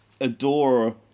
adore